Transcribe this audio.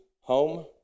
home